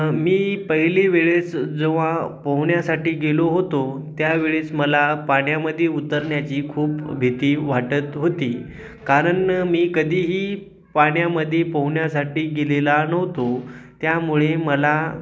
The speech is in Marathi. मी पहिली वेळेस जेव्हा पोहण्यासाठी गेलो होतो त्यावेळेस मला पाण्यामध्ये उतरण्याची खूप भीती वाटत होती कारण मी कधीही पाण्यामध्ये पोहण्यासाठी गेलेला नव्हतो त्यामुळे मला